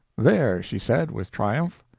there, she said, with triumph,